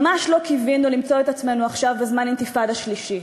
ממש לא קיווינו למצוא את עצמנו עכשיו בזמן אינתיפאדה שלישית.